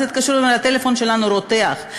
התקשרו אלי ואמרו: הטלפון שלנו רותח,